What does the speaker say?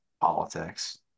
politics